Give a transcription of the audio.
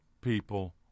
people